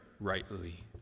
rightly